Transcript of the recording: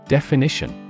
Definition